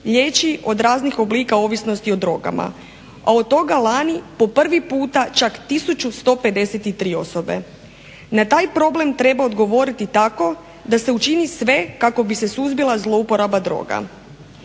liječi od raznih oblika ovisnosti o drogama, a od toga lani po prvi puta čak tisuću 153 osobe. Na taj problem treba odgovoriti tako da se učini sve kako bi se suzbila zlouporaba droga.